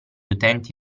utenti